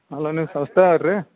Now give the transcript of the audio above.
ಅಲ್ಲ ನೀವು ಅಲ್ರಿ